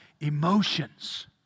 emotions